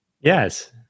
Yes